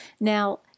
Now